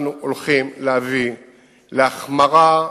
אנחנו הולכים להביא להחמרה,